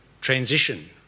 transition